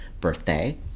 birthday